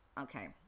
okay